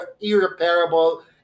irreparable